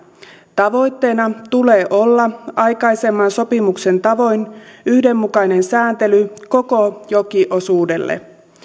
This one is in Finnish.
tavoitteena tulee olla aikaisemman sopimuksen tavoin yhdenmukainen sääntely koko jokiosuudelle